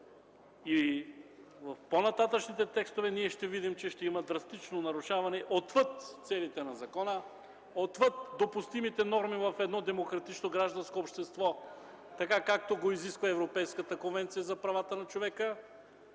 В по-нататъшните текстове ще видим, че ще има драстично нарушаване отвъд целите на закона, отвъд допустимите норми в едно демократично гражданско общество, както го изисква Европейската конвенция за правата на човека.